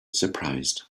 surprised